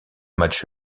match